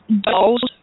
Dolls